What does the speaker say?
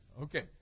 Okay